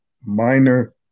minor